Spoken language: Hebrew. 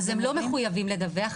הם לא מחויבים לדווח,